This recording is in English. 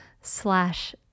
slash